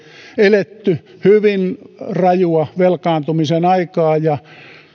eletty hyvin rajua velkaantumisen aikaa